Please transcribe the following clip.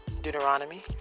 Deuteronomy